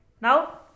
Now